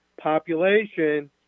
population